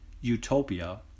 utopia